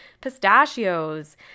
pistachios